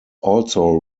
also